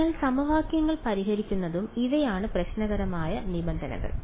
അതിനാൽ സമവാക്യങ്ങൾ പരിഹരിക്കുന്നതും ഇവയാണ് പ്രശ്നകരമായ നിബന്ധനകൾ